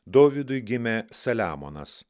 dovydui gimė saliamonas